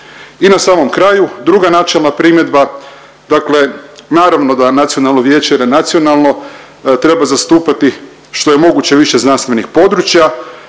I na samom kraju, druga načelna primjedba, dakle naravno da nacionalno vijeće jer je nacionalno treba zastupati što je moguće više znanstvenih područja,